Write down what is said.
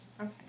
Okay